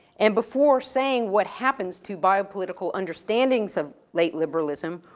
and before saying what happens to bio-political understandings of late liberalism,